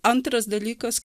antras dalykas